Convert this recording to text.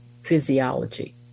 physiology